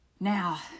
Now